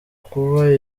kuba